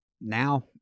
now